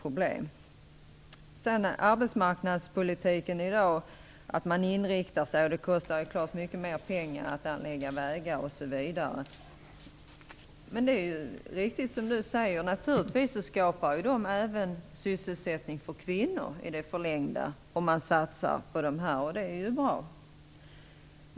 När det gäller arbetsmarknadspolitiken i dag vill jag säga att det naturligtvis kostar mycket mer pengar att anlägga vägar osv. Men det är naturligtvis riktigt, som Anders Sundström säger, att de i förlängningen skapar sysselsättning även för kvinnor, och det är ju bra.